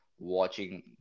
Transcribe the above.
Watching